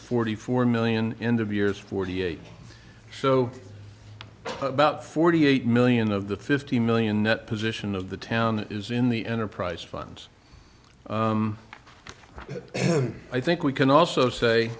forty four million and of years forty eight so about forty eight million of the fifty million net position of the town is in the enterprise funds i think we can also say